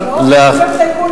זה יגיע לוועדה.